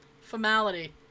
formality